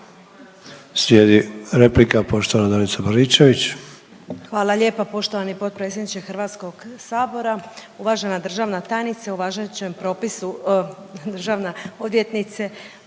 Slijedi replika, poštovana Danica Baričević.